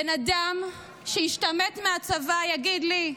בן אדם שהשתמט מהצבא יגיד לי,